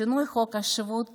שינוי חוק השבות